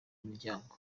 imiryango